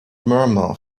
murmur